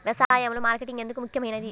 వ్యసాయంలో మార్కెటింగ్ ఎందుకు ముఖ్యమైనది?